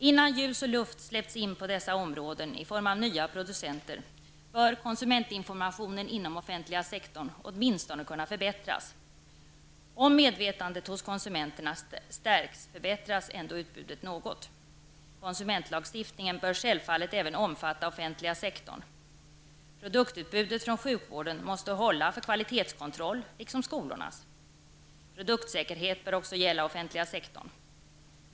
Innan ljus och luft släpps in på dessa områden i form av nya producenter, bör konsumentinformationen inom den offentliga sektorn åtminstone kunna förbättras. Om medvetandet hos konsumenterna stärks, förbättras ändå utbudet något. Konsumentlagstiftningen bör självfallet även omfatta den offentliga sektorn. Produktutbudet från sjukvården måste hålla för kvalitetskontroll likaväl som skolorna. Produktsäkerhet bör också gälla den offentliga sektorn.